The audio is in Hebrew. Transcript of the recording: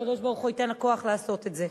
ושהקדוש-ברוך-הוא ייתן לה כוח לעשות את זה.